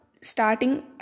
starting